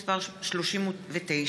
שלילת הכרה